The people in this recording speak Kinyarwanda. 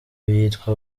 yitwa